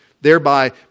thereby